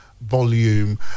Volume